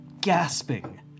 gasping